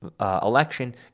election